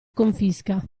confisca